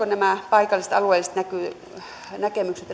nämä paikalliset ja alueelliset näkemykset